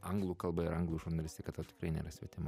anglų kalba ir anglų žurnalistika tau tikrai nėra svetima